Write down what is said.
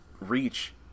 Reach